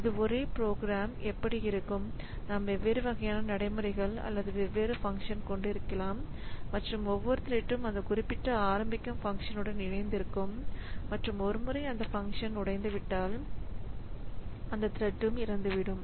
இது ஒரே ப்ரோக்ராம்எப்படி இருக்கும் நாம் வெவ்வேறு வகையான நடைமுறைகள் அல்லது வெவ்வேறு பங்க்ஷன் கொண்டிருக்கலாம் மற்றும் ஒவ்வொரு த்ரெட்ம் அந்த குறிப்பிட்ட ஆரம்பிக்கும் பங்க்ஷன் உடன் இணைந்திருக்கும் மற்றும் ஒரு முறை அந்த பங்க்ஷன் உடைந்து விட்டால் அந்த த்ரெட்ம் இறந்துவிடும்